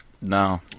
No